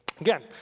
Again